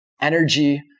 energy